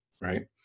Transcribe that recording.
right